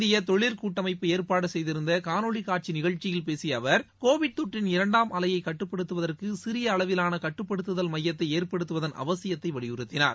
இந்தியத் தொழிற்கூட்டமைப்பு ஏற்பாடுசெய்திருந்தகாணொலிகாட்சிநிகழ்ச்சியில் பேசியஅவர் கோவிட் தொற்றின் அலையைகட்டுப்படுத்துவதற்குசிறியஅளவிலானகட்டுப்படுத்துதல் இரண்டாம் மையத்தைஏற்படுத்துவதன் அவசியத்தைவலியுறுத்தினார்